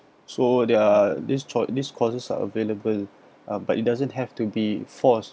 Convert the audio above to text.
so they're this choi~ this courses are available but it doesn't have to be forced